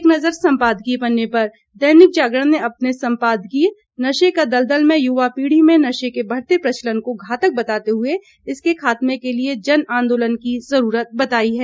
एक नजर संपादकीय पर दैनिक जागरण ने अपने संपादकीय नशे का दलदल में युवा पीढ़ी में नशे के बढ़ते प्रचलन को घातक बताते हुए इसके खात्मे के लिए जन आंदोलन की जरूरत बताई है